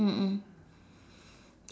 mm mm